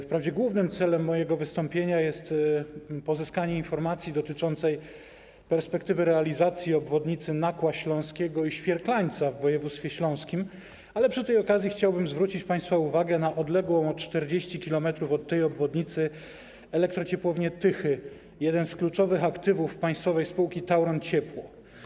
Wprawdzie głównym celem mojego wystąpienia jest pozyskanie informacji dotyczącej perspektywy realizacji obwodnicy Nakła Śląskiego i Świerklańca w województwie śląskim, ale przy tej okazji chciałbym zwrócić państwa uwagę na odległą o 40 km od tej obwodnicy Elektrociepłownię Tychy, jeden z kluczowych aktywów państwowej spółki Tauron Ciepło.